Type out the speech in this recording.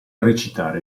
recitare